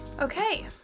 Okay